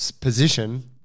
position